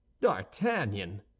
D'Artagnan